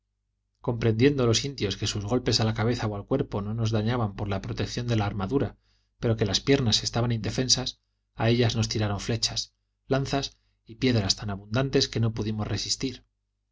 comprendiendo los indios que sus golpes a la cabeza o al cuerpo no nos dañaban por la protección de la armadura pero que las piernas estaban indefensas a ellas nos tiraron flechas lanzas y piedras tan abundantes que no pudimos resistir